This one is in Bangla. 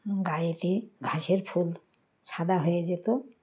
গায়েতে ঘাসের ফুল সাদা হয়ে যেত